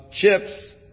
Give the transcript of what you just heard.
chips